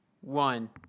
one